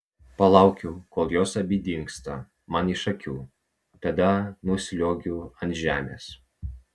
palaukiu kol jos abi dingsta man iš akių tada nusliuogiu ant žemės